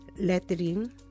lettering